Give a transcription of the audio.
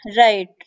right